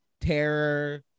terror